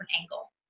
angle